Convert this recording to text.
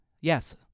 yes